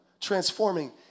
transforming